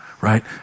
right